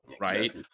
right